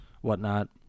whatnot